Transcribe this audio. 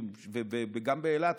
וגם באילת,